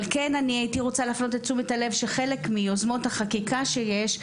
אבל כן אני הייתי רוצה להפנות את תשומת הלב שחלק מיוזמות החקיקה שיש,